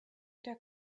der